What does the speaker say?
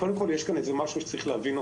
קודם כול יש פה משהו שצריך להבין.